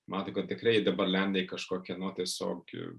matom kad tikrai dabar lenda į kažkokią nu tiesiog